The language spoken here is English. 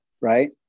Right